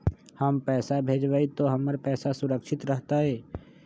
हम पैसा भेजबई तो हमर पैसा सुरक्षित रहतई?